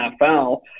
NFL